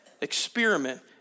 experiment